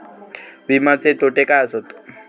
विमाचे तोटे काय आसत?